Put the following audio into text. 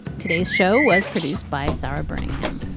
today's show was produced by sara bernie.